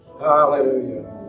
Hallelujah